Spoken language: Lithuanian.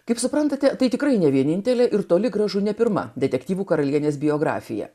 kaip suprantate tai tikrai ne vienintelė ir toli gražu ne pirma detektyvų karalienės biografija